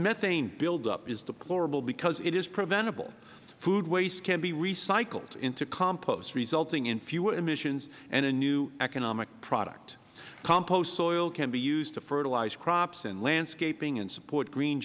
methane build up is deplorable because it is preventable food waste can be recycled into compost resulting in fewer emissions and in new economic products compost soil can be used to fertilize crops and landscaping and support green